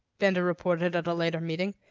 benda reported at a later meeting.